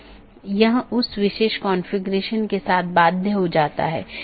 या एक विशेष पथ को अमान्य चिह्नित करके अन्य साथियों को विज्ञापित किया जाता है